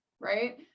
Right